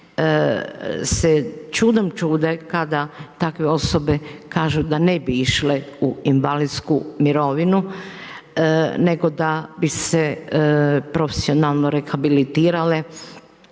se čudom čude kada takve osobe kažu da ne bi išle u invalidsku mirovinu, nego da bi se profesionalno rehabilitirale